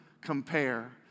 compare